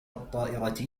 الطائرة